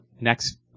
next